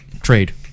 trade